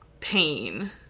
pain